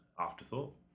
Afterthought